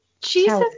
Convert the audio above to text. Jesus